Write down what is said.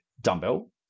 dumbbell